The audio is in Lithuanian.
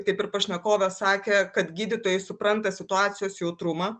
kaip ir pašnekovė sakė kad gydytojai supranta situacijos jautrumą